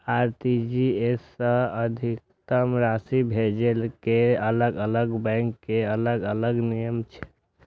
RTGS सं अधिकतम राशि भेजै के अलग अलग बैंक के अलग अलग नियम छै